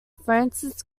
francis